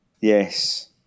Yes